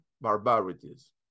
barbarities